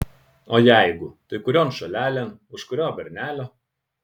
o jeigu tai kurion šalelėn už kurio bernelio